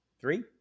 Three